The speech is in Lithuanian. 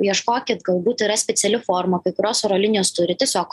ieškokit galbūt yra speciali forma kai kurios oro linijos turi tiesiog